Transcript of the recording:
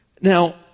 Now